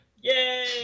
Yay